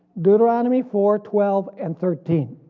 deuteronomy four twelve and thirteen.